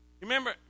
Remember